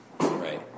Right